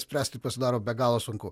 spręsti pasidaro be galo sunku